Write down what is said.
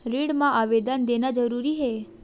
ऋण मा आवेदन देना जरूरी हे?